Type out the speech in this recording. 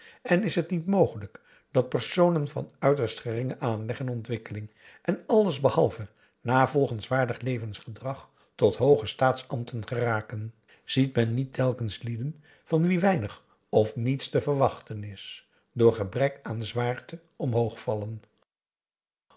en is het niet mogelijk dat personen van uiterst geringen aanleg en ontwikkeling en allesbehalve navolgenswaardig levensgedrag tot hooge staatsambten geraken ziet men niet telkens lieden van wie p a daum hoe hij raad van indië werd onder ps maurits weinig of niets te verwachten is door gebrek aan zwaarte omhoog vallen